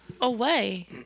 away